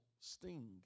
sting